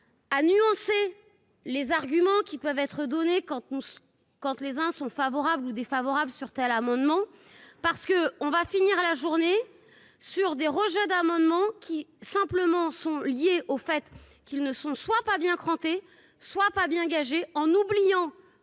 a nuancé les arguments qui peuvent être données quand on compte les uns sont favorables ou défavorables sur tel amendements parce que on va finir la journée sur des rejets d'amendements qui simplement sont liées au fait qu'ils ne sont, soit pas bien cranté soit pas bien en oubliant